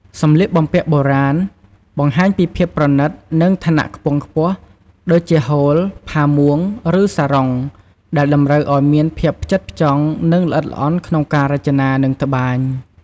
សម្លៀកបំពាក់បុរាណ បង្ហាញពីភាពប្រណិត និងឋានៈខ្ពង់ខ្ពស់ ដូចជា ហូល ផាមួង ឬសារុង ដែលតម្រូវឲ្យមានភាពផ្ចិតផ្ចង់ និងល្អិតល្អន់ក្នុងការរចនា និងត្បាញ។